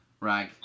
rag